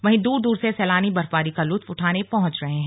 वहीं दूर दूर से सैलानी बर्फबारी का लुत्फ उठाने पहुंच रहे हैं